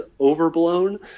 overblown